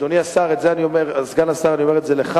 אדוני סגן השר, אני אומר את זה לך